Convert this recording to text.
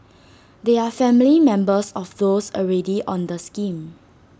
they are family members of those already on the scheme